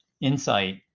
insight